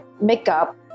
makeup